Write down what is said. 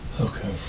Okay